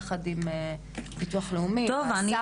יחד עם ביטוח לאומי והשר